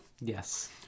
Yes